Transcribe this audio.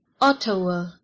Ottawa